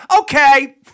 Okay